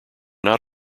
not